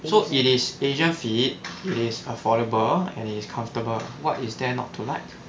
so it is asian fit it is affordable and it is comfortable what is there not to like